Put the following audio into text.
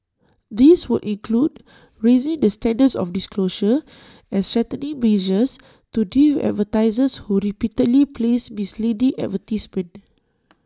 this would include raising the standards of disclosure and strengthening measures to deal advertisers who repeatedly place misleading advertisements